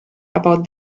about